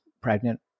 pregnant